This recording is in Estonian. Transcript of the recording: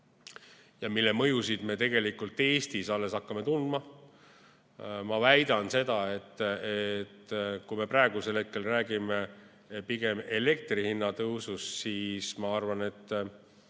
ja selle mõjusid me tegelikult Eestis alles hakkame tundma. Ma väidan seda, et kui me praegusel hetkel räägime pigem elektri hinna tõusust, siis ma arvan, et